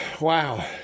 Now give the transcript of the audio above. Wow